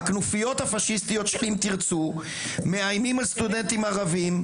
והכנופיות הפשיסטיות של "אם תרצו" מאיימות על סטודנטים ערבים,